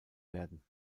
werden